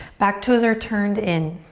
back toes are turned in,